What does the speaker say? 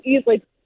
easily